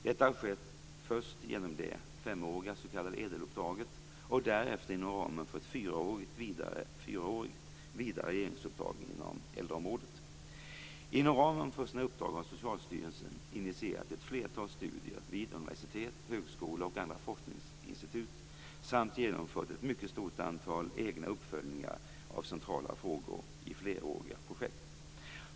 Detta har skett först genom det femåriga s.k. ädeluppdraget och därefter inom ramen för ett fyraårigt vidare regeringsuppdrag inom äldreområdet. Inom ramen för sina uppdrag har Socialstyrelsen initierat ett flertal studier vid universitet, högskolor och andra forskningsinstitut samt genomfört ett mycket stort antal egna uppföljningar av centrala frågor i fleråriga projekt.